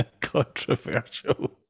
Controversial